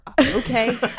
Okay